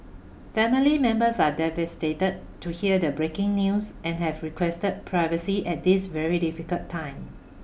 family members are devastated to hear the breaking news and have requested privacy at this very difficult time